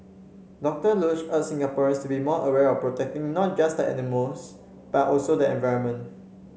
Doctor Luz urged Singaporeans to be more aware of protecting not just animals but also the environment